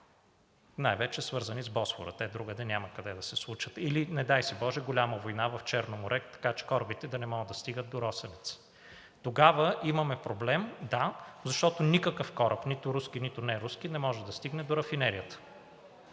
най-вече свързани с Босфора – те другаде няма къде да се случат, или, не дай си боже, голяма война в Черно море, така че корабите да не могат да стигат до Росенец. Тогава имаме проблем – да, защото никакъв кораб – нито руски, нито неруски, не може да стигне до рафинерията.